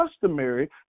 customary